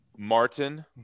Martin